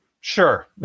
Sure